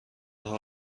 حال